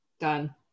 Done